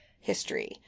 history